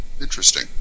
Interesting